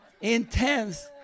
intense